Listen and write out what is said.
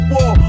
War